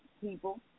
people